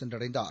சென்றடைந்தார்